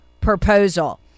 proposal